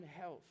health